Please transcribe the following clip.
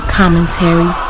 commentary